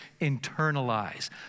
internalize